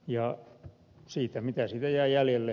mitä siitä jää jäljelle